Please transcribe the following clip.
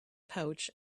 pouch